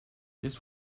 this